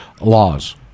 laws